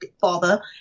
father